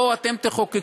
בואו אתם תחוקקו.